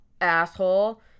asshole